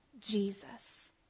Jesus